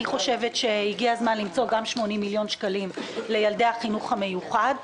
אפשר גם למצוא 80 מיליון שקלים לילדי החינוך המיוחד.